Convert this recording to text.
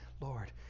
Lord